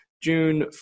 June